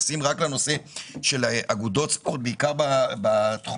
ומתייחסים רק לנושא של אגודות ספורט בעיקר בענפים